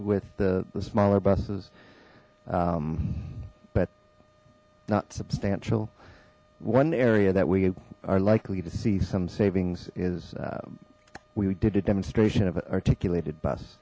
with the smaller buses but not substantial one area that we are likely to see some savings is we did a demonstration of an articulated bus